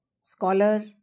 scholar